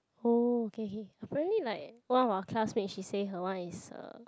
oh okay okay apparently like one of our classmate she say her one is a